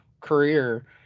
career